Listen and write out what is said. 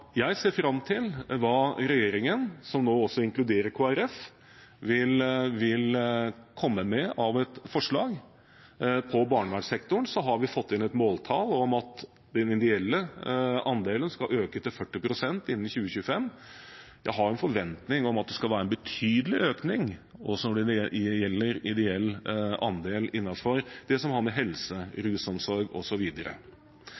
Jeg ser fram til hva regjeringen, som nå også inkluderer Kristelig Folkeparti, vil komme med av forslag. På barnevernssektoren har vi fått inn et måltall om at den ideelle andelen skal øke til 40 pst. innen 2025. Jeg har en forventning om at det også skal være en betydelig økning i ideell andel av det som gjelder